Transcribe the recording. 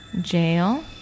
Jail